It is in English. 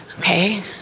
okay